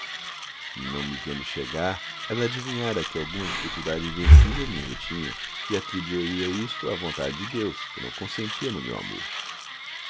não me vendo chegar ela adivinhara que alguma dificuldade invencível me retinha e atribuía isto à vontade de deus que não consentia no meu amor